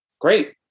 Great